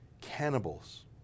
cannibals